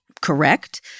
correct